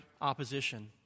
opposition